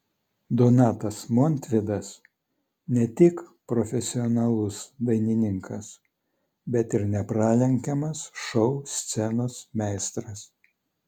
donatas montvydas ne tik profesionalus dainininkas bet ir nepralenkiamas šou scenos meistras